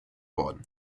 worden